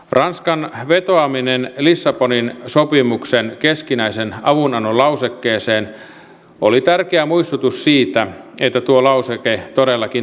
ranskan vetoaminen lissabonin sopimuksen keskinäisen avunannon lausekkeeseen oli tärkeä muistutus siitä että tuo lauseke todellakin toimii